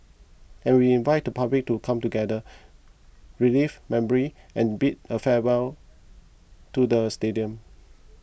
and we invite the public to come together relive memories and bid a farewell to the stadium